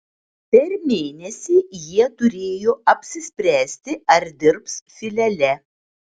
per mėnesį jie turėjo apsispręsti ar dirbs filiale